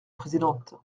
présidente